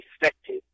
effective